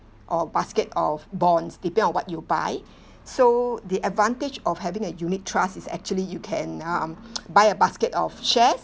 or basket of bonds depend on what you buy so the advantage of having a unit trust is actually you can um buy a basket of shares